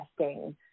testing